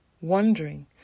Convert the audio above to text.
wondering